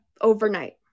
Overnight